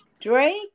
Drake